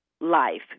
life